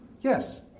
Yes